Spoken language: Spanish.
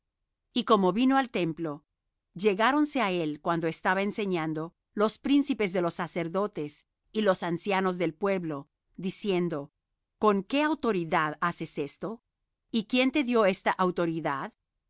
y como vino al templo llegáronse á él cuando estaba enseñando los príncipes de los sacerdotes y los ancianos del pueblo diciendo con qué autoridad haces esto y quién te dió esta autoridad